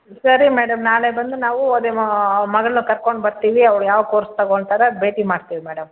ಸರಿ ಮೇಡಮ್ ನಾಳೆ ಬಂದು ನಾವು ಅದೇ ಮಗಳನ್ನೂ ಕರ್ಕೊಂಡು ಬರ್ತೀವಿ ಅವ್ಳು ಯಾವ ಕೋರ್ಸ್ ತಗೋತಾರೆ ಅದು ಭೇಟಿ ಮಾಡ್ತೀವಿ ಮೇಡಮ್